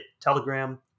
Telegram